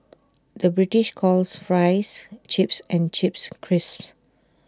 the British calls Fries Chips and Chips Crisps